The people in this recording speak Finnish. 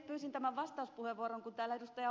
pyysin tämän vastauspuheenvuoron kun täällä ed